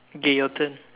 okay your turn